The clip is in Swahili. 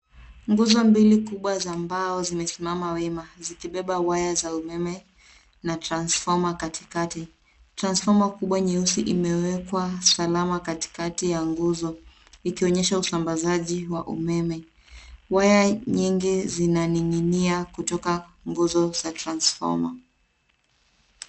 Nguzo mbili za mbao zimesimama wima zikibeba waya za umeme na transformer katikati. Transformer kubwa nyeusi imewekwa salama katikati ya nguzo ikionyesha usambazaji wa umeme. Waya nyingi zinaning'inia jutoka nguzo za transformer .